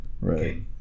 Right